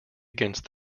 against